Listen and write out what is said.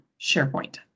SharePoint